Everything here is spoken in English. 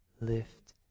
lift